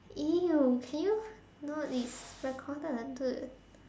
!eww! can you not be it's recorded answer